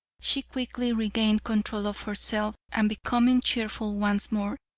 she quickly regained control of herself, and becoming cheerful once more,